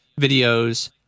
videos